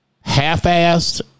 half-assed